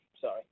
sorry